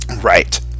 right